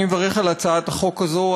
אני מברך על הצעת החוק הזו.